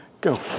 go